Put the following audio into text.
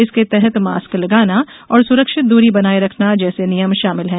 इसके तहत मास्क लगाना और सुरक्षित दूरी बनाये रखना जैसे नियम शामिल है